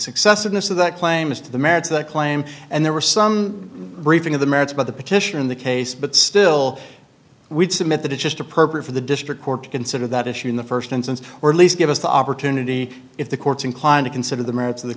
success of this of that claim as to the merits of the claim and there were some briefing of the merits by the petitioner in the case but still we'd submit that it's just appropriate for the district court to consider that issue in the first instance or at least give us the opportunity if the court's inclined to consider the merits of the